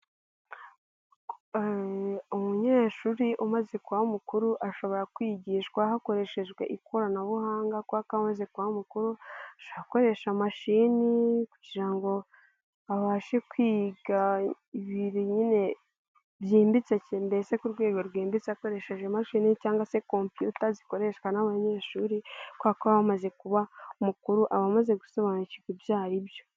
Umunyeshuri umaze kuba mukuru ashobora kwigishwa hakoreshejwe ikoranabuhanga kuko iyo amaze kuba mukuru akoresha imashini kugira ngo abashe kwiga ibintu byimbitse cyane mbese ku rwego rwimbitse akoresheje imashini cyangwa se koputa zikoreshwa n'abanyeshuri kubera ko aba amaze kuba umukuru aba amaze gusobanukirwa ibyo aribyo.